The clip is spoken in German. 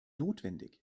notwendig